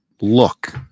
look